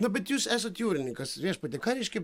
na bet jūs esat jūrininkas viešpatie ką reiškia